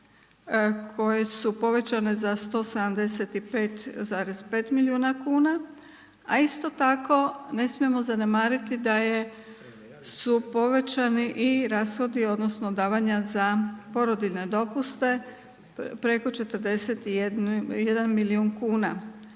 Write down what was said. koje su povećane za 175,5 milijuna kuna a isto tako ne smijemo zanemariti da su povećani i rashodi, odnosno davanja za porodiljne dopuste preko 41 milijun kuna.